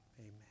amen